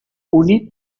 univ